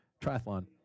Triathlon